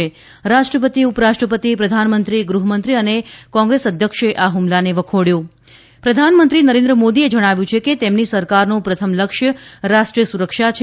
રાષ્ટ્રપતિ ઉપરાષ્ટ્રપતિ પ્રધાનમંત્રી ગૃહમંત્રી અને કોંગ્રેસ અધ્યક્ષે આ હુમલાને વખોડ્યો ે પ્રધાનમંત્રી નરેન્દ્ર મોદીએ જણાવ્યું છે કે તેમની સરકારનું પ્રથમ લક્ષ્ય રાષ્ટ્રીય સુરક્ષા છે